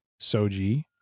Soji